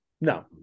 No